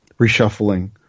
reshuffling